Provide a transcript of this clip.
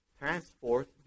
transport